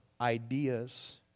ideas